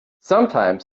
sometimes